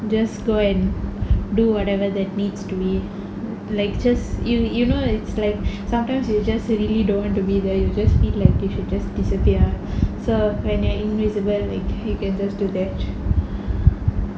just go and do whatever that needs to be like just you you know it's like sometimes you just really don't want to be there you just think like you should just disappear so when you're invisible like you can just do that